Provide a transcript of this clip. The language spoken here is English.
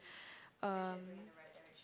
um